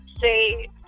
say